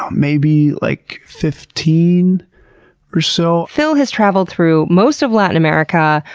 um maybe like fifteen or so. phil has traveled through most of latin america,